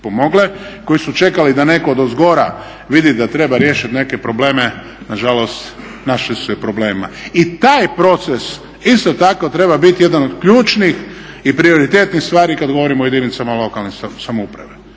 koji su čekali da netko odozgora vidi da treba riješit neke probleme nažalost našli su se u problemima i taj proces isto tako treba biti jedan od ključnih i prioritetnih stvari kad govorimo o jedinicama lokalne samouprave.